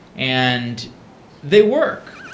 and they work.